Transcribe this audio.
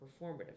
performative